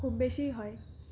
খুব বেশি হয়